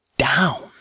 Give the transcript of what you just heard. down